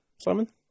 Simon